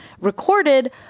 recorded